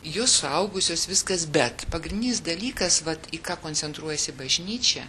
jos suaugusios viskas bet pagrindinis dalykas vat į ką koncentruojasi bažnyčia